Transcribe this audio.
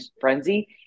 frenzy